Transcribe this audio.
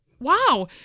Wow